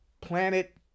Planet